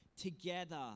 Together